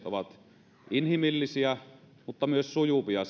ovat inhimillisiä mutta myös sujuvia